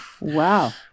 Wow